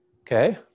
Okay